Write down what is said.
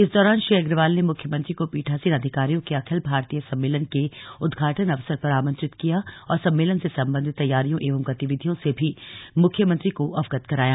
इस दौरान श्री अग्रवाल ने मुख्यमंत्री को पीठासीन अधिकारियों के अखिल भारतीय सम्मेलन के उद्घाटन अवसर पर आमंत्रित किया और सम्मेलन से संबंधित तैयारियों एवं गतिविधियों से भी मुख्यमंत्री को अवगत कराया